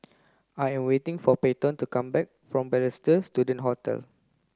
I am waiting for Peyton to come back from Balestier Student Hotel